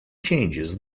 changes